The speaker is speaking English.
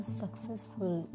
successful